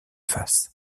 faces